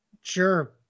Sure